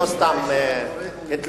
לא סתם התלהמות.